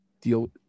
Deal